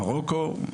מרוקו,